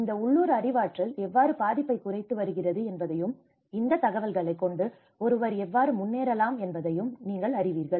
இந்த உள்ளூர் அறிவாற்றல் எவ்வாறு பாதிப்பைக் குறைத்து வருகிறது என்பதையும் இந்த தகவல்களை கொண்டு ஒருவர் எவ்வாறு முன்னேறலாம் என்பதையும் நீங்கள் அறிவீர்கள்